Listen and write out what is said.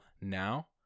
now